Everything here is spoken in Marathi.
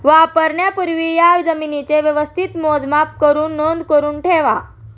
वापरण्यापूर्वी या जमीनेचे व्यवस्थित मोजमाप करुन नोंद करुन ठेवा